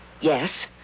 Yes